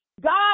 God